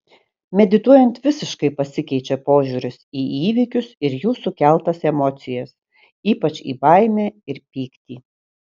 medituojant visiškai pasikeičia požiūris į įvykius ir jų sukeltas emocijas ypač į baimę ir pyktį